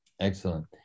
Excellent